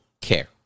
care